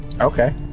okay